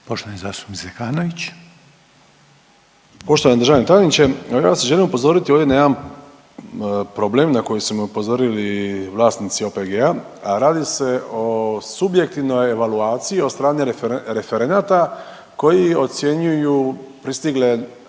**Zekanović, Hrvoje (HDS)** Poštovani državni tajniče, evo ja vas želim upozoriti ovdje na jedan problem na koji su me upozorili vlasnici OPG-a, a radi se o subjektivnoj evaluaciji od strane referenata koji ocjenjuju pristigle